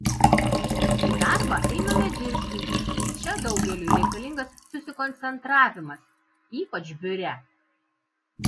į darbą einame dirbti čia daugeliui reikalingas susikoncentravimas ypač biure